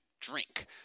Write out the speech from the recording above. drink